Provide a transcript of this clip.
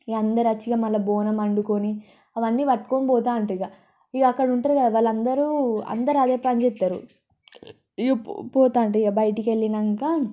ఇక అందరు వచ్చి ఇక మళ్ళీ బోనం వండుకొని అవన్నీ పట్టుకొని పోతా అంటారు ఇక ఇక అక్కడ ఉంటారు కదా వాళ్ళు అందరూ అందరు అదే పని చేస్తారు ఈ పో పోతుంటే ఇక బయటకి వెళ్ళాక